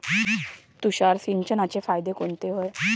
तुषार सिंचनाचे फायदे कोनचे हाये?